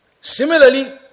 Similarly